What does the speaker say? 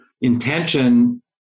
Intention